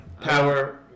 power –